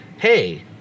hey